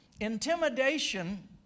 Intimidation